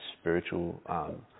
spiritual